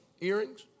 earrings